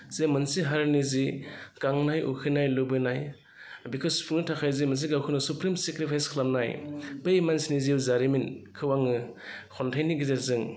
जे मोनसे हारिनि जि गांनाय उखैनाय लुबैनाय बेखो सुफुंनो थाखाय जि मोनसे गावखौनो सुप्रिम सेक्रिफाइस खालामनाय बै मानसिनि जिउ जारिमिनखौ आङो खन्थाइनि गेजेरजों